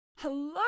Hello